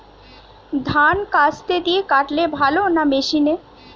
ধান কাস্তে দিয়ে কাটলে ভালো না মেশিনে?